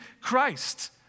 Christ